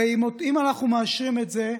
הרי אם אנחנו מאשרים את זה,